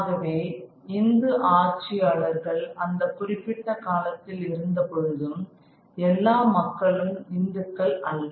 ஆகவே இந்து ஆட்சியாளர்கள் அந்த குறிப்பிட்ட காலத்தில் இருந்த பொழுதும் எல்லா மக்களும் இந்துக்கள் அல்ல